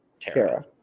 Tara